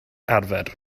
arfer